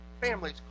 families